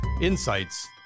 insights